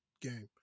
game